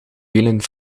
vielen